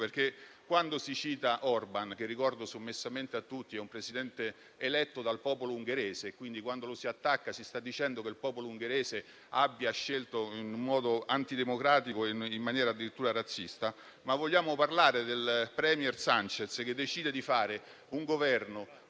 A volte si cita Orban, che - lo ricordo sommessamente a tutti - è un Presidente eletto dal popolo ungherese, quindi quando lo si attacca si sta dicendo che il popolo ungherese ha scelto in modo antidemocratico e in maniera addirittura razzista. Vorrei però parlare del *premier* Sanchez, che decide di fare un Governo